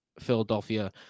Philadelphia